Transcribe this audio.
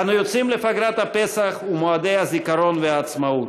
אנו יוצאים לפגרת הפסח ומועדי הזיכרון והעצמאות.